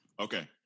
Okay